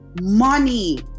money